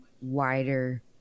wider